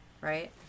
right